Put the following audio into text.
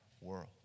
world